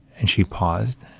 and she paused.